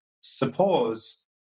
Suppose